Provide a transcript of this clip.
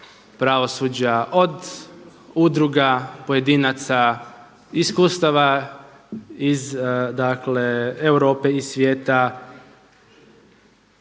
pravosuđa, od udruga pojedinaca, iskustava iz dakle Europe i svijeta